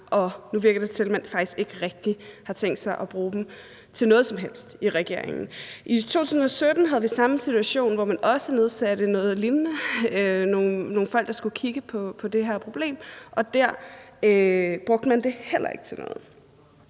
nu virker det så til, at man faktisk ikke rigtig har tænkt sig at bruge dem til noget som helst i regeringen. I 2017 havde vi samme situation, hvor man også nedsatte noget lignende med nogle folk, der skulle kigge på det her problem, og der brugte man det heller ikke til noget.